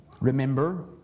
Remember